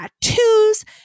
tattoos